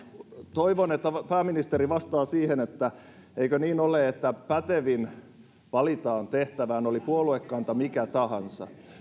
toivon että pääministeri vastaa siihen että eikö niin ole että pätevin valitaan tehtävään oli puoluekanta mikä tahansa